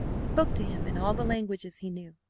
spoke to him in all the languages he knew.